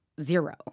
zero